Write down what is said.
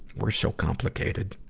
we're so complicated.